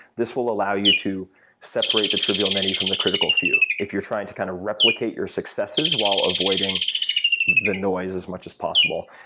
this will allow you to separate the trivial many from the critical few. if you're trying to kinda kind of replicate your successes while avoiding the noise as much as possible,